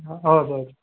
ह हजुर हजुर